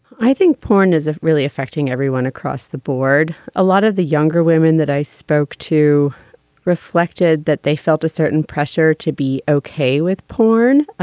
i think porn is a really affecting everyone across the board. a lot of the younger women that i spoke to reflected that they felt a certain pressure to be okay with porn,